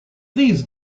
these